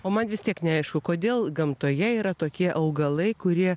o man vis tiek neaišku kodėl gamtoje yra tokie augalai kurie